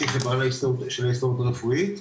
שהיא חברה של ההסתדרות הרפואית.